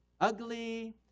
ugly